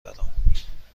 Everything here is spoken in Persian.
برام